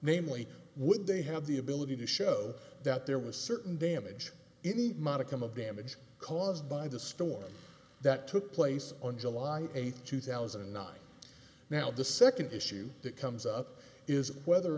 would they have the ability to show that there was certain damage any modicum of damage caused by the storm that took place on july eighth two thousand and nine now the second issue that comes up is whether or